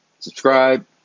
Subscribe